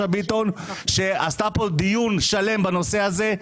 ביטון שעשתה כאן דיון שלם בנושא הזה,